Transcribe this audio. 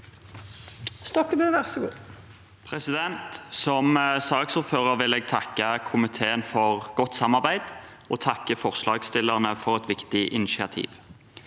for saken): Som saksordfører vil jeg takke komiteen for godt samarbeid og takke forslagsstillerne for et viktig initiativ.